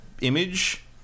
image